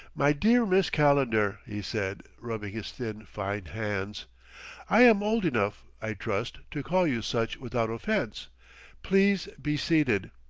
my dear miss calendar, he said, rubbing his thin, fine hands i am old enough, i trust, to call you such without offense please be seated.